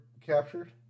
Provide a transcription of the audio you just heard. captured